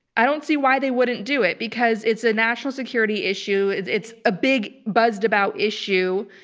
i don't see why they wouldn't do it, because it's a national security issue. it's it's a big, buzzed-about issue,